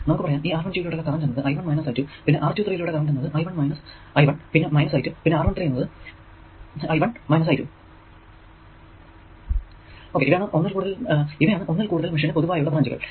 നമുക്ക് പറയാം ഈ R12 ലൂടെയുള്ള കറന്റ് എന്നത് i1 i2 പിന്നെ R23 ലൂടെ ഉള്ള കറന്റ് എന്നത് i1 i2 പിന്നെ R13 എന്നത് i1 i2 ഇവയാണ് ഒന്നിൽ കൂടുതൽ മെഷിനു പൊതുവായുള്ള ബ്രാഞ്ചുകൾ